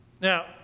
Now